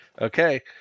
Okay